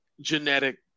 Genetic